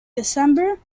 december